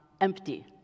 empty